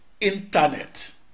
internet